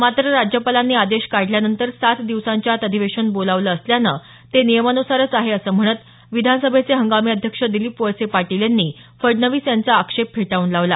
मात्र राज्यपालांनी आदेश काढल्यानंतर सात दिवसांच्या आत अधिवेशन बोलावलं असल्यानं ते नियमानुसारच आहे असं म्हणत विधानसभेचे हंगामी अध्यक्ष दिलीप वळसे पाटील यांनी फडणवीस यांचा आक्षेप फेटाळून लावला